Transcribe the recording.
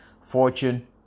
Fortune